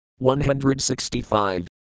165